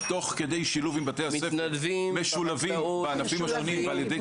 היו משולבים בענפים השונים ועל ידי